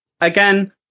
again